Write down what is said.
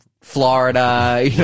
Florida